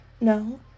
No